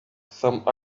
some